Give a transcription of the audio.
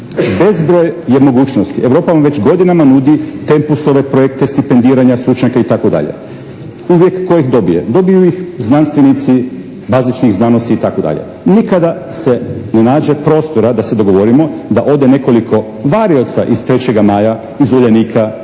Bezbroj je mogućnosti. Europa vam već godinama nudi Tempusove projekte stipendiranja stručnjaka itd. Uvijek tko ih dobije? Dobiju ih znanstvenici bazičnih znanosti itd. Nikada se ne nađe prostora da se dogovorimo da ode nekoliko varioca iz "3. maja", iz "Uljanika", iz